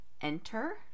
Enter